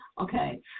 Okay